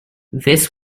this